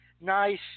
nice